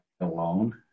alone